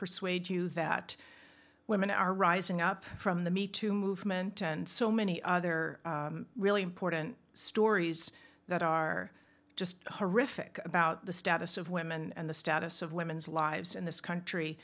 persuade you that women are rising up from the me too movement and so many other really important stories that are just horrific about the status of women and the status of women's lives in this country